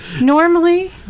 Normally